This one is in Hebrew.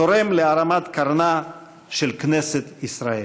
תורם להרמת קרנה של כנסת ישראל.